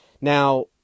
Now